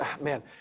man